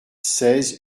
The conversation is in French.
seize